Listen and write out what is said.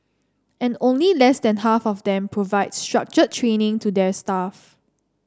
and only less than half of them provide structured training to their staff